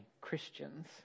Christians